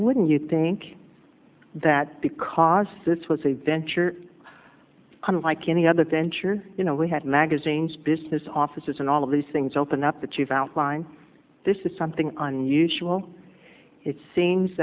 wouldn't you think that because this was a venture unlike any other venture you know we had magazines business offices and all of these things open up the chief outline this is something unusual it seems